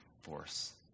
force